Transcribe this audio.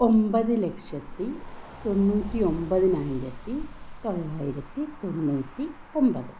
ഒന്പത് ലക്ഷത്തി തൊണ്ണൂറ്റി ഒന്പതിനായിരത്തി തൊള്ളായിരത്തി തൊണ്ണൂറ്റി ഒന്പത്